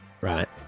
right